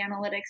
analytics